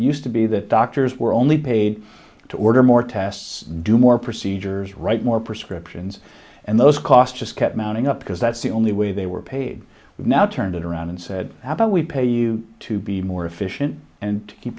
used to be that doctors were only paid to order more tests do more procedures write more prescriptions and those costs just kept mounting up because that's the only way they were paid now turned it around and said how about we pay you to be more efficient and to keep